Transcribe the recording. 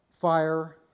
fire